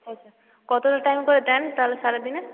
আচ্ছা কতটা টাইম করে দেন তাহলে সারা দিনে